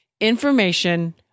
information